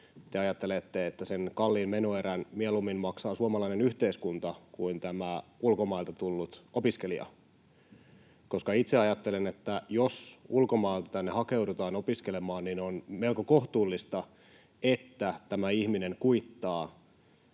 te ajattelette, että sen kalliin menoerän maksaa mieluummin suomalainen yhteiskunta kuin tämä ulkomailta tullut opiskelija? Itse ajattelen, että jos ulkomailta tänne hakeudutaan opiskelemaan, niin on melko kohtuullista, että tämä ihminen kuittaa